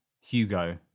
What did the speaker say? Hugo